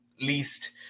least